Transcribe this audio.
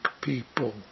people